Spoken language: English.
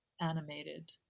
animated